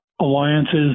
alliances